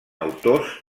autors